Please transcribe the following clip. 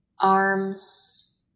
Arms